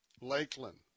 Lakeland